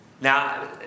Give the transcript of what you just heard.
Now